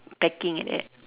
packing like that